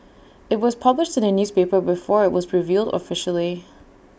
IT was published in the newspaper before IT was revealed officially